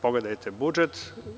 Pogledajte budžet.